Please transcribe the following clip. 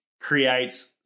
creates